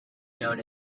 known